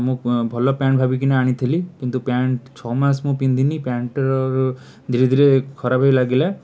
ମୁଁ ଭଲ ପ୍ୟାଣ୍ଟ ଭାବିକି ନା ଆଣିଥିଲି କିନ୍ତୁ ପ୍ୟାଣ୍ଟ ଛଅମାସ ମୁଁ ପିନ୍ଧିନି ପ୍ୟାଣ୍ଟ ଧୀରେ ଧୀରେ ଖରାପ ବି ଲାଗିଲା